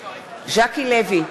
ז'קי לוי,